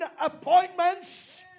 appointments